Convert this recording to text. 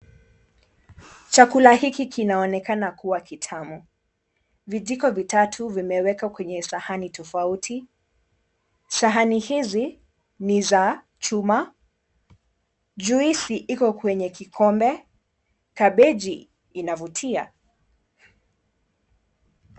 Chakula hiki kinaonekana kuwa kitamu. Vijiko vitatu vimewekwa kwenye sahani tofauti. Sahani hizi ni za chuma juice iko kwenye kikombe, kabeji inavutia.